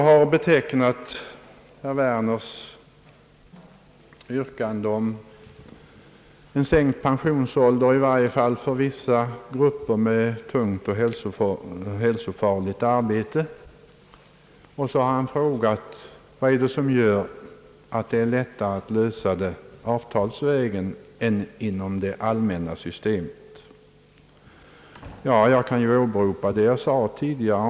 Herr Werner har yrkat på en sänkt pensionsålder i varje fall för vissa grupper med tungt och hälsofarligt arbete. Han har dessutom frågat, vad det är som gör att det är lättare att lösa detta problem avtalsvägen än inom det allmänna pensionssystemet. Jag kan på denna punkt åberopa vad jag tidigare framhållit.